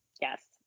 Yes